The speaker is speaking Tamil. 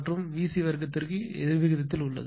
மற்றும் வி சி வர்க்கத்திற்கு எதிர்விகிதத்தில் உள்ளது